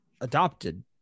adopted